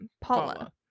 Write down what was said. Paula